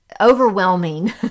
overwhelming